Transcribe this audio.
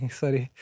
sorry